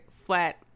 flat